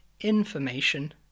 information